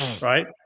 right